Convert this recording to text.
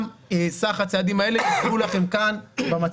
גם סך הצעדים האלה יוצגו לכם במצגת,